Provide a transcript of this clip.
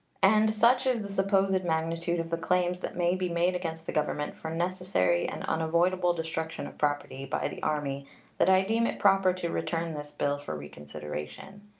and such is the supposed magnitude of the claims that may be made against the government for necessary and unavoidable destruction of property by the army that i deem it proper to return this bill for reconsideration.